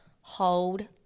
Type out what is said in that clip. hold